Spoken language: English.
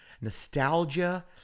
Nostalgia